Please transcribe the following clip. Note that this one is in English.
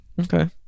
Okay